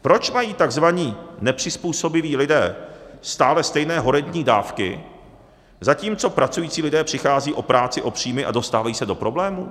Proč mají takzvaní nepřizpůsobiví lidé stále stejně horentní dávky, zatímco pracující lidé přicházejí o práci, o příjmy a dostávají se do problémů?